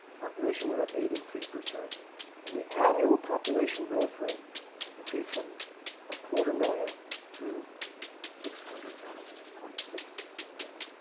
population went up eighty three percent and the annual population growth rate increased from a quarter million to six hundred thousand zero point six million,